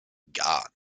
gar